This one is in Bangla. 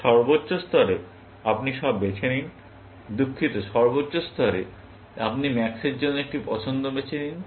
সর্বোচ্চ স্তরে আপনি সব বেছে নিন দুঃখিত সর্বোচ্চ স্তরে আপনি ম্যাক্সের জন্য একটি পছন্দ বেছে নিন